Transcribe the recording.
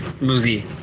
movie